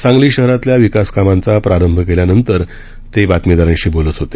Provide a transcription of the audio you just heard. सांगली शहरातल्या विकास कामांचा प्रारंभ केल्यानंतर ते प्रसारमाध्यमांशी बोलत होते